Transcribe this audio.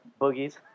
Boogies